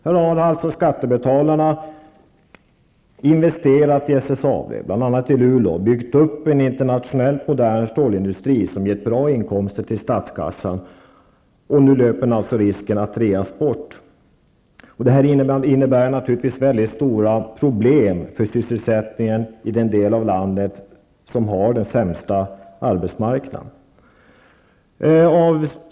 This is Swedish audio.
Här har skattebetalarna investerat i SSAB, bl.a. i Luleå, och byggt upp en internationellt modern stålindustri som gett bra inkomster till statskassan. Nu löper den alltså risk att reas bort. Detta innebär naturligtvis mycket stora problem för sysselsättningen i den del av landet som har den sämsta arbetsmarknaden.